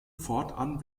fortan